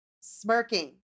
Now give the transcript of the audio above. smirking